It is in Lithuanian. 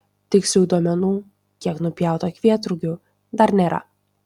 tikslių duomenų kiek nupjauta kvietrugių dar nėra